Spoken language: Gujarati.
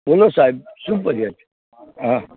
બોલો સાહેબ શું ફરિયાદ છે હા